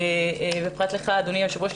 פרט לך, אדוני היושב-ראש,